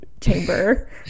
chamber